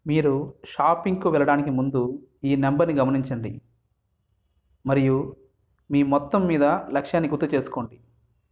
మీరు షాపింగ్కు వెళ్ళడానికి ముందు ఈ నెంబర్ని గమనించండి మరియు మీ మొత్తం మీద లక్ష్యాన్ని గుర్తు చేసుకోండి